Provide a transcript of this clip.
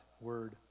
word